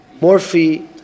Morphine